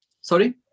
Sorry